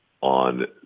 on